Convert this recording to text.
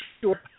sure